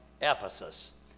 Ephesus